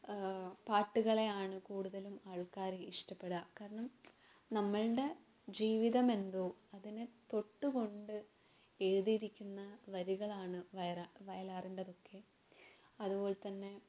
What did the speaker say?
പാട്ടുകളെയാണ് കൂടുതലും ആൾക്കാർ ഇഷ്ടപ്പെടുക കാരണം നമ്മളുടെ ജീവിതം എന്തോ അതിനെ തൊട്ട് കൊണ്ട് എഴുതിയിരിക്കുന്ന വരികളാണ് വര വയലാറിൻറ്റതൊക്കെ അതുപോലെ തന്നെ